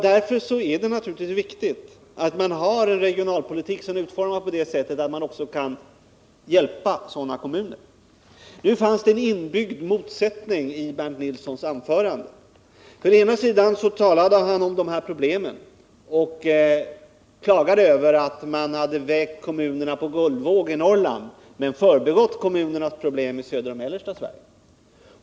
Därför är det naturligtvis viktigt att man har en regionalpolitik som är utformad på det sättet att man också kan hjälpa sådana kommuner. Det finns en inbyggd motsättning i Bernt Nilssons anförande. Å ena sidan klagade han över att man hade vägt kommunerna i Norrland på guldvåg men förbigått kommunernas problem i södra och mellersta Sverige.